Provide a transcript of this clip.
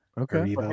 Okay